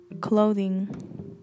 clothing